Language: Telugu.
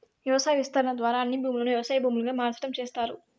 వ్యవసాయ విస్తరణ ద్వారా అన్ని భూములను వ్యవసాయ భూములుగా మార్సటం చేస్తారు